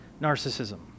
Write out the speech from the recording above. narcissism